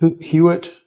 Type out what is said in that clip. Hewitt